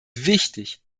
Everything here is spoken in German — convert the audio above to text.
wichtig